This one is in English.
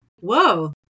whoa